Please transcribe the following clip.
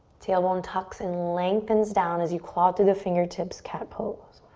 tailbone tucks and lengthens down as you claw through the fingertips, cat pose.